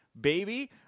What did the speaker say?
baby